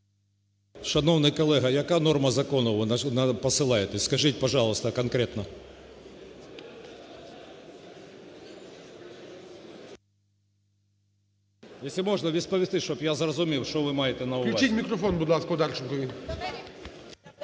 ви маєте на увазі.